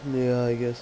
ya I guess